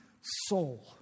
soul